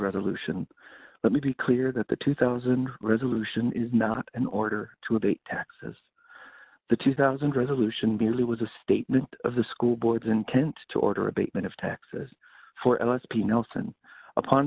resolution let me be clear that the two thousand resolution is not an order to evade taxes the two thousand resolution merely was a statement of the school board's intent to order abatement of taxes for l s p nelson upon